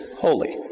holy